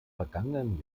vergangenen